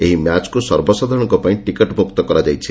ଏହି ମ୍ ଚ୍ଟିକୁ ସର୍ବସାଧାରଣଙ୍କ ପାଇଁ ଟିକେଟ୍ମୁକ୍ତ କରାଯାଇଛି